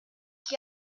qui